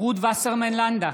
רות וסרמן לנדה,